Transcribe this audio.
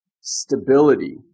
stability